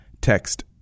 Text